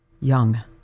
young